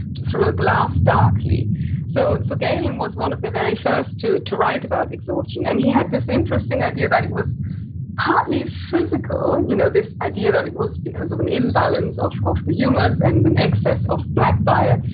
through a glass darkly so, so gailand was one of the very first to to write about exhaustion, and he has this interesting idea that it was partly physical, you know, this idea that it was because of an imbalance of of the humors and an excess of black bile.